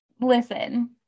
Listen